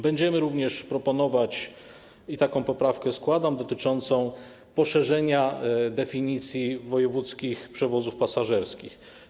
Będziemy również proponować, i taką poprawkę składam, poszerzenie definicji wojewódzkich przewozów pasażerskich.